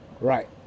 Right